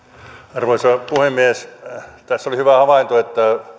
arvoisa puhemies tässä oli hyvä havainto siitä että